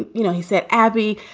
you know, he said, abby,